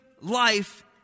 life